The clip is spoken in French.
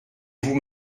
vous